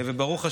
ברוך השם,